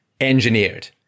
engineered